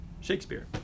Shakespeare